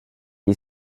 est